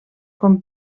com